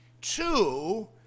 two